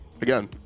again